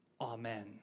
Amen